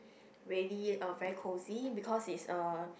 really uh very cosy because it's a